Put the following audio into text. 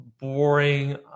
boring